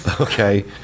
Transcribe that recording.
Okay